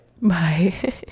bye